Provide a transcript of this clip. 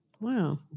Wow